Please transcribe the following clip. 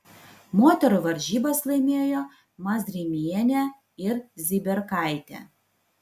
moterų varžybas laimėjo mazrimienė ir ziberkaitė